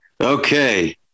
Okay